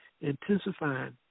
intensifying